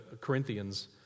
Corinthians